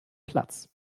platz